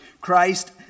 Christ